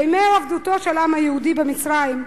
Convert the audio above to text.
בימי עבדותו של העם היהודי במצרים,